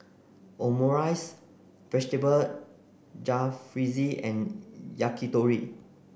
omurice vegetable Jalfrezi and Yakitori